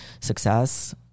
success